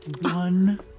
One